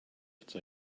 ata